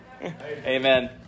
Amen